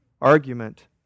argument